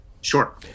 sure